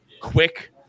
quick